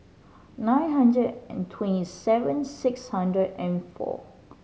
nine hundred and twenty seven six hundred and four